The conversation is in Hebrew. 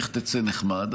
איך תצא נחמד?